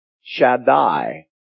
Shaddai